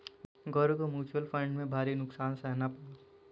गौरव को mutual fund में भारी नुकसान सहना पड़ा